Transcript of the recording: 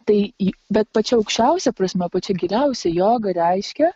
tai į bet pačia aukščiausia prasme pačia giliausia joga reiškia